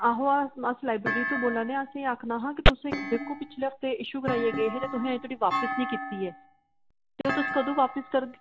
आहो अस लाइब्रेरी तू बोला ने आं असें एह् आखना हा कि तुसें इक बुक पिछ्ले हफ्ते इशू कराइयै गे हे ते तुसें अल्ली धोड़ी बापिस नी कीती ऐ ते ओह् तुस कदूं बापस करगे